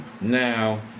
Now